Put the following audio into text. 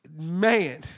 Man